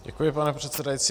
Děkuji, pane předsedající.